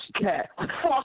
cat